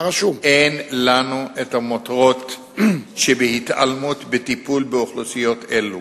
אין לנו המותרות שבהתעלמות בטיפול באוכלוסיות אלו.